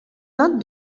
not